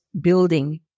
building